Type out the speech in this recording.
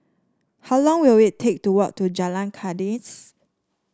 how long will it take to walk to Jalan Kandis